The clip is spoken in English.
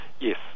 Yes